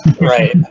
Right